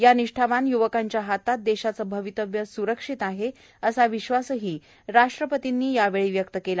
या निष्ठावान य्वकांच्या हातात देशाचं भवितव्य स्रक्षित आहे असा विश्वासही राष्ट्रपतींनी यावेळी व्यक्त केला